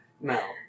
No